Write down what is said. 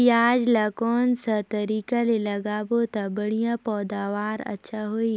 पियाज ला कोन सा तरीका ले लगाबो ता बढ़िया पैदावार अच्छा होही?